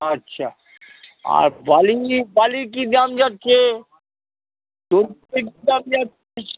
আচ্ছা আর বালি বালি কি দাম যাচ্ছে দাম যাচ্ছে